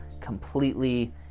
completely